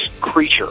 creature